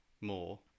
more